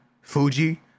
Fuji